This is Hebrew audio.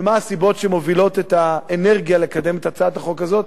ומה הסיבות שמובילות את האנרגיה לקדם את הצעת החוק הזאת.